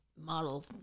model